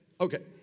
Okay